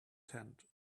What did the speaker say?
tent